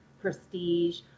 prestige